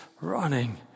running